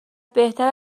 بهتر